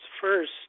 First